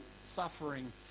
suffering